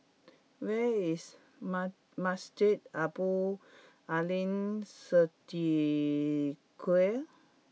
Where is Masjid Abdul Aleem Siddique